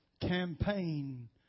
campaign